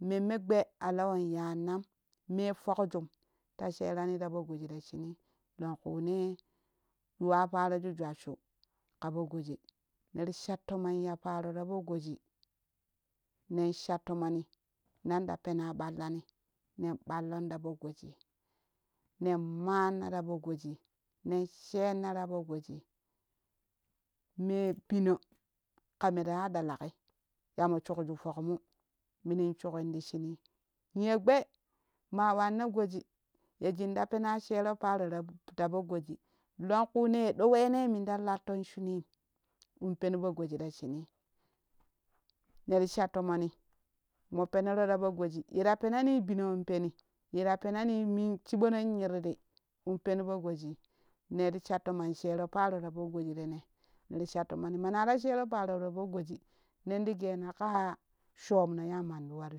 Memme gbee alowon yannam mee pokjum ta sherani ta po goji ta shuni longkune yuwa paroja jwasshu ƙapo goji neri sha tomon ya paro ka po goji nen sha tomoni na nenɗa pena ɓallani nen ɓallon tapo goji nen manna ra po goji nen shenna rapo goji me bino ƙame raya ɗalaki yamo shukju fokmu minin shukin ti shunii niyo gbee ma wanna goji ya shunɗa pena shero paro ta po goji longkune ɗoo wene minta laffan shunin in pen po goji ta shuni nero sha tomonin mo penoro ta po goji yera penani binon peni yera penani min chiɓa men nyirri in pen po goji neri sha tomon shero paroo ra po goji rene neri sha tomoni mana ra shero paro rapo goji nenti genaƙaa shoon no yamman to waru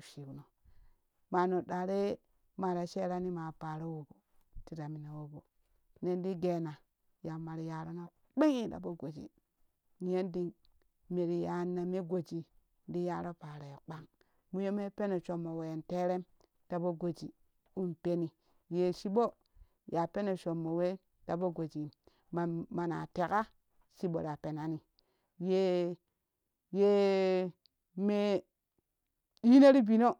shikno ma noɗɗare ye marasheir ni ma paro wobo tira mini wobo nenti gena yammato yarono kpin tapo goji niyon ding mere yanna me goji ti yaro paroi kpang muyo moi peno shommo wen terem tapo goji in peni ye chiɓo ye peno shoomono we ta po gojim man mana teƙa chibo ta penani yee yee mee ɗinoti bino